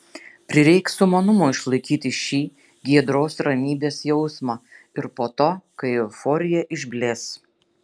prireiks sumanumo išlaikyti šį giedros ramybės jausmą ir po to kai euforija išblės